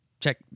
check